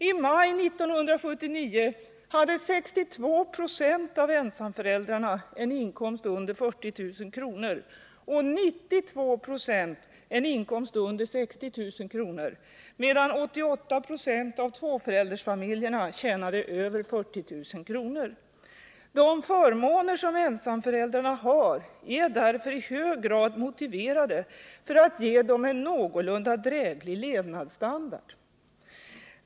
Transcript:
I maj 1979 hade 62 90 av ensamföräldrarna en inkomst under 40 000 kr. och 92 96 en inkomst under 60 000 kr., medan 88 90 av tvåföräldersfamiljerna tjänade över 40 000 kr. De förmåner som ensamföräldrarna har är därför i hög grad motiverade för att ge dem en någorlunda dräglig levnadsstandard.